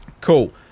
Cool